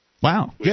Wow